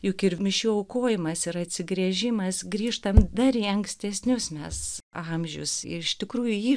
juk ir mišių aukojimas yra atsigręžimas grįžtam dar į ankstesnius mes amžius iš tikrųjų jį